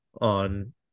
on